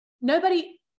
nobody-